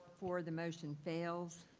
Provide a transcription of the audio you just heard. four the motion fails.